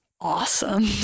awesome